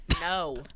No